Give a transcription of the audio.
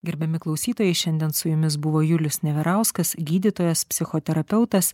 gerbiami klausytojai šiandien su jumis buvo julius neverauskas gydytojas psichoterapeutas